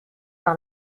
par